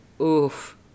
Oof